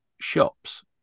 shops